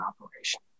operation